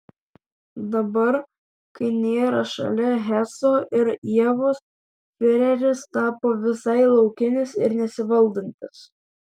dabar kai nėra šalia heso ir ievos fiureris tapo visai laukinis ir nesivaldantis